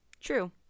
True